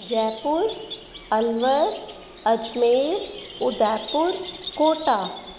Jaipur Alwar Ajmer Udaipur Kota